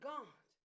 God